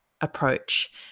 approach